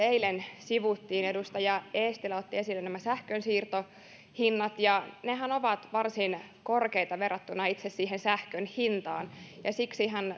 eilen sivuttiin edustaja eestilä otti esille nämä sähkösiirtohinnat nehän ovat varsin korkeita verrattuna siihen itse sähkön hintaan ja siksihän